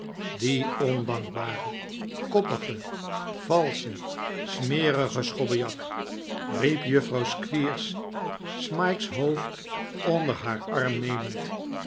die ondankbare koppige valsche smerige schobbejak riep juffrouw squeers smike's hoofd onder haar arm nemend